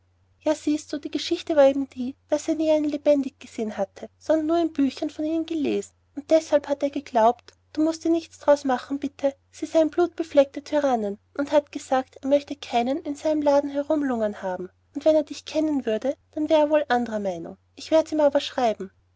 ja siehst du die geschichte war eben die daß er nie einen lebendig gesehen hatte sondern nur in büchern von ihnen gelesen und deshalb hat er geglaubt du mußt dir nichts daraus machen bitte sie seien blutbefleckte tyrannen und hat gesagt er möchte keinen in seinem laden herumlungern haben aber wenn er dich kennen würde dann wär er wohl andrer meinung ich werd's ihm aber schreiben